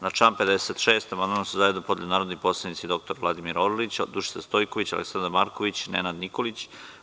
Na član 56. amandman su zajedno podneli narodni poslanici dr Vladimir Orlić, Dušica Stojković, Aleksandar Marković, Nenad Nikolić.